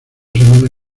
semanas